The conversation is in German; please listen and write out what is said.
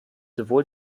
sowohl